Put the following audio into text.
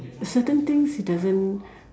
certain things he doesn't